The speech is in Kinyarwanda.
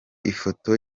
ifoto